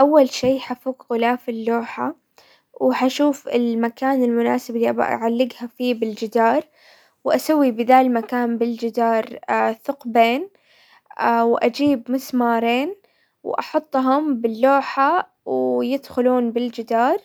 اول شي حفك غلاف اللوحة وحشوف المكان المناسب اللي ابغى اعلقها فيه بالجدار، واسوي بذا المكان بالجدار ثقبين، واجيب مسمارين واحطهم باللوحة، و يدخلون بالجدار